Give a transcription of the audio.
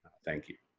thank you.